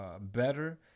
better